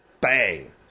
Bang